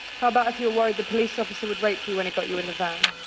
how about if you're worried the police officer would rape you when he got you in the van?